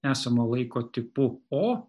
esamo laiko tikpu o